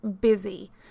busy